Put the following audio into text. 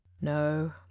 no